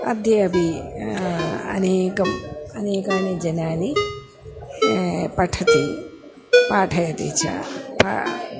अद्य अपि अनेकम् अनेकानि जनाः पठति पाठयति च पा